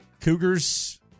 Cougars